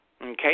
Okay